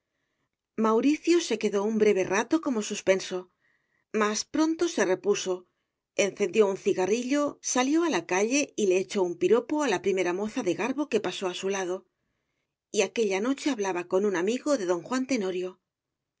mauricio se quedó un breve rato como suspenso mas pronto se repuso encendió un cigarrillo salió a la calle y le echó un piropo a la primera moza de garbo que pasó a su lado y aquella noche hablaba con un amigo de don juan tenorio